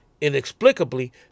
inexplicably